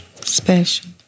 special